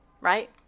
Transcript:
right